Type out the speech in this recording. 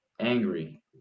angry